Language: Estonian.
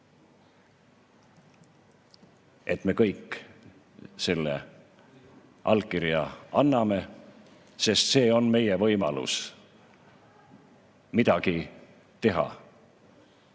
et me kõik selle allkirja anname, sest see on meie võimalus midagi teha.